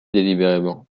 délibérément